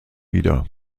wieder